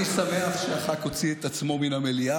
אני שמח שהח"כ הוציא את עצמו מהמליאה.